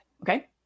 Okay